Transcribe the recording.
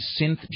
synth